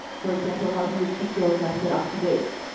for example, how do you keep your cluster up-to-date?